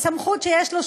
בסמכות שיש לו,